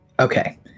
Okay